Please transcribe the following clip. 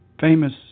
famous